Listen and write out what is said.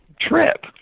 trip